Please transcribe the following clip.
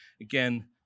Again